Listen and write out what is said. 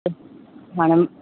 त हाणे